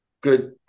good